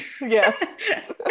Yes